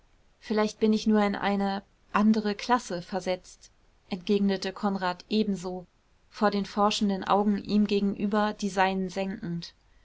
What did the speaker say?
vielleicht bin ich nur in eine andere klasse versetzt entgegnete konrad ebenso vor den forschenden augen ihm gegenüber die seinen